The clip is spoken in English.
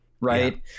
right